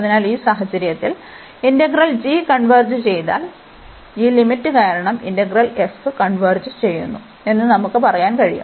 അതിനാൽ ഈ സാഹചര്യത്തിൽ ഇന്റഗ്രൽ g കൺവെർജ് ചെയ്താൽ ഈ ലിമിറ്റ് കാരണം ഇന്റഗ്രൽ f കൺവെർജ് ചെയ്യുന്നു എന്ന് നമുക്ക് പറയാൻ കഴിയും